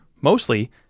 mostly